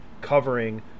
covering